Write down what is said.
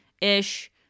ish